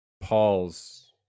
Paul's